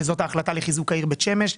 שזאת ההחלטה לחיזוק העיר בית שמש,